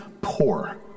poor